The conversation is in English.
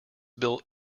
built